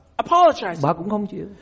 Apologize